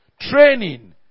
training